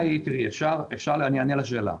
אני אענה על השאלה.